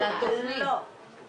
לא, לא.